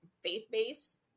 faith-based